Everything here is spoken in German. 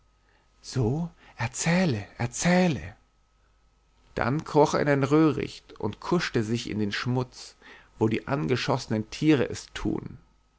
so o erzähle erzähle dann kroch er in ein röhricht und kuschte sich in den schmutz wie die angeschossenen tiere es tun